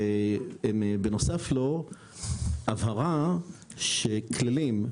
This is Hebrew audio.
ובנוסף לו, הבהרה, שכללים,